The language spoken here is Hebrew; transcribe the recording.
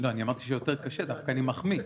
אמרתי שזה יותר קשה דווקא, אני מחמיא.